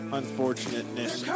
unfortunateness